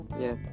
Yes